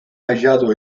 hallado